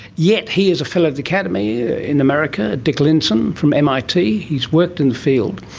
yet he is a fellow of the academy in america, dick lindzen from mit, he's worked in the field,